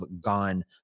gone